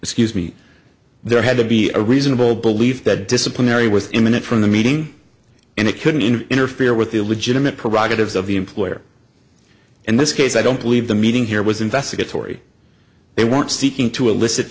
excuse me there had to be a reasonable belief that disciplinary was imminent from the meeting and it couldn't in interfere with the legitimate prerogatives of the employer in this case i don't believe the meeting here was investigatory they weren't seeking to elicit